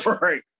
right